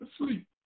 asleep